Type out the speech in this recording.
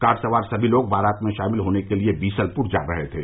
car सवार सभी लोग बारात में शामिल होने के लिए बीसलपुर जा रहे थे